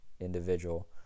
individual